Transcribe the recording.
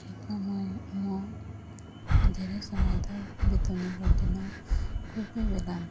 खेतमा म म धेरै समय त बिताउने गर्दिनँ कोही कोही बेला